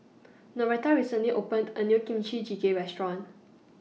Noretta recently opened A New Kimchi Jjigae Restaurant